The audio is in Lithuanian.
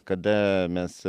kada mes